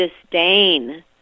disdain